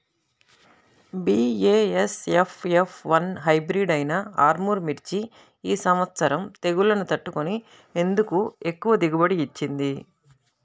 BASF F one hybrid అయినా ఆర్ముర్ మిర్చి ఈ సంవత్సరం తెగుళ్లును తట్టుకొని ఎందుకు ఎక్కువ దిగుబడి ఇచ్చింది?